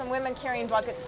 some women carrying buckets